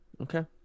okay